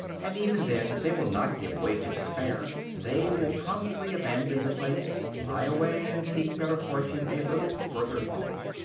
and even then they will not give way to despair they will promptly abandon the place, fly away and seek better fortune a little further off.